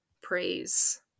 praise